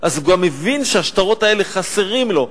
אז גם הוא מבין שהשטרות האלה חסרים לו.